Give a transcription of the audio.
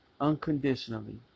Unconditionally